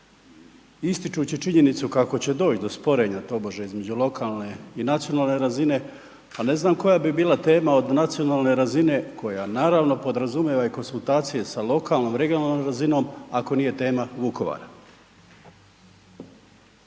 ističući činjenicu kako će doć' do sporenja tobože između lokalne i nacionalne razine, pa ne znam koja bi bila tema od nacionalne razine, koja naravno, podrazumijeva i konzultacije sa lokalnom, regionalnom razinom, ako nije tema Vukovar.